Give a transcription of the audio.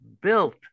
built